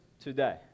today